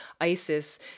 Isis